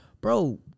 Bro